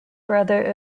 brother